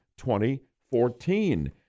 2014